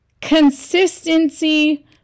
Consistency